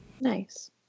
Nice